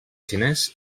xinès